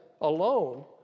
alone